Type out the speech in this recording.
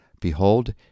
Behold